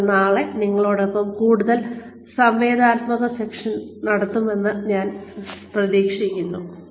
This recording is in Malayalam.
കൂടാതെ നാളെ നിങ്ങളോടൊപ്പം കൂടുതൽ സംവേദനാത്മക സെഷൻ നടത്തുമെന്ന് ഞാൻ പ്രതീക്ഷിക്കുന്നു